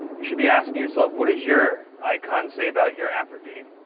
you should be asking yourself, what does your icon say about your app or game?